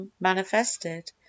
manifested